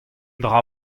dra